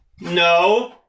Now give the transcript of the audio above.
No